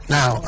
Now